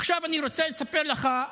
עכשיו אני רוצה לספר לך,